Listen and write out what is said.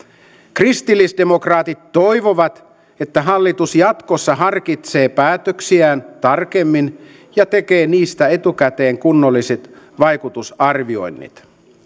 kristillisdemokraatit toivovat että hallitus jatkossa harkitsee päätöksiään tarkemmin ja tekee niistä etukäteen kunnolliset vaikutusarvioinnit